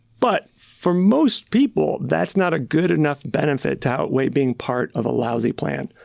but for most people that's not a good-enough benefit to outweigh being part of a lousy plan.